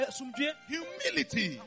Humility